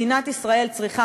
מדינת ישראל צריכה